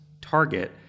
target